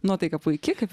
nuotaika puiki kaip